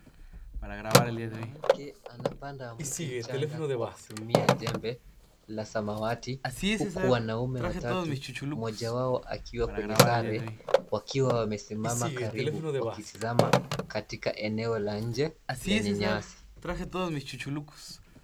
Mwanamke anapanda mti mchanga kwa kutumia jembe la samawati, huku wanaume watatu, mmoja wao akiwa kwenye sare, wakiwa wamesimama karibu, wakitizama katika eneo la nje, lenye nyasi.